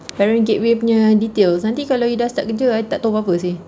parents gateway punya details nanti kalau you dah start kerja I tak tahu apa-apa seh